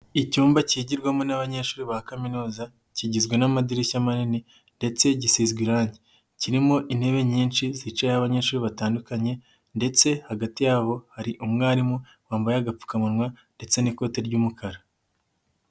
Icyumba kigirwamo n'abanyeshuri ba kaminuza kigizwe n'amadirishya manini ndetse gisizwe irange, kirimo intebe nyinshi zicayeho abanyeshuri batandukanye ndetse hagati yabo hari umwarimu wambaye agapfukamunwa ndetse n'ikote ry'umukara.